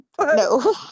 No